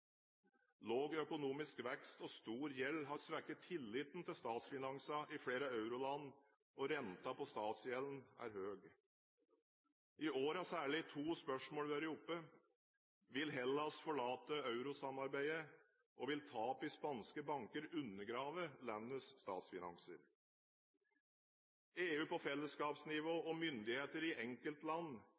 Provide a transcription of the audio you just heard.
økonomisk vekst og stor gjeld har svekket tilliten til statsfinansene i flere euroland, og rentene på statsgjelden er høye. I år har særlig to spørsmål vært oppe: Vil Hellas forlate eurosamarbeidet, og vil tap i spanske banker undergrave landets statsfinanser? EU på fellesskapsnivå og myndigheter i enkeltland